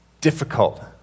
difficult